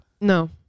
No